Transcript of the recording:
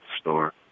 store